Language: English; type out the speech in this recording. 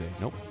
nope